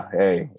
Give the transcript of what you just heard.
Hey